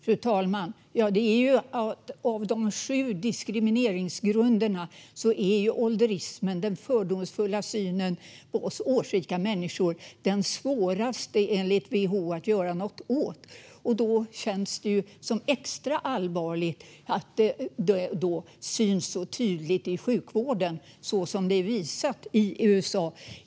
Fru talman! Av de sju diskrimineringsgrunderna är ålderismen - den fördomsfulla synen på oss årsrika människor - den diskrimineringsgrund som det enligt WHO är svårast att göra något åt. Då känns det extra allvarligt när det syns så tydligt i sjukvården som i USA.